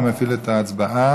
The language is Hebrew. אני מפעיל את ההצבעה.